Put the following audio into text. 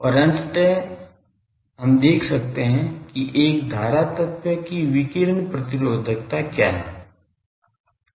और अंतत हम देख सकते हैं कि एक धारा तत्व की विकिरण प्रतिरोधकता क्या है